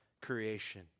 creation